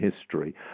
History